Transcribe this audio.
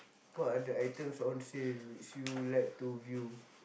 what are the items on sale which you like to view